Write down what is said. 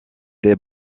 des